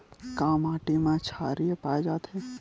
का माटी मा क्षारीय पाए जाथे?